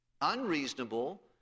unreasonable